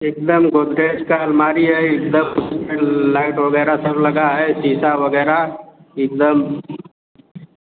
एकदम गोदरेज का अलमारी है एकदम लाइट वगैरह सब लगा है शीशा वगैरह एकदम